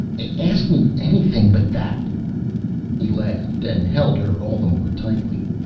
ask me anything but that he laughed, and held her all the more tightly.